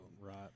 Right